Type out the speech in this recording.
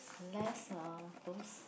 unless uh those